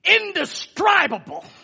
indescribable